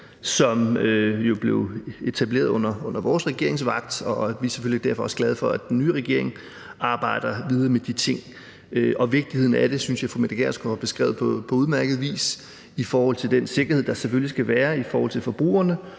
jo blev etableret under vores regering, på vores vagt. Og derfor er vi selvfølgelig også glade for, at den nye regering arbejder videre med de ting. Vigtigheden af det synes jeg fru Mette Gjerskov har beskrevet på udmærket vis i forhold til den sikkerhed, der selvfølgelig skal være i forhold til forbrugerne,